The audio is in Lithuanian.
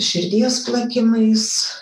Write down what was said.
širdies plakimais